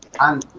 and